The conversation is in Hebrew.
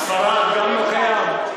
בספרד גם לא קיים?